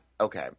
Okay